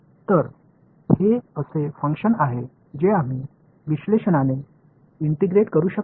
तर हे असे फंक्शन आहे जे आम्ही विश्लेषणाने इंटिग्रेट करू शकत नाही